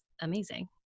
amazing